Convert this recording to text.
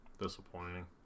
Disappointing